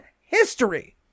history